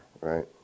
right